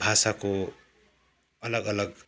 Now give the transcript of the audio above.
भाषाको अलग अलग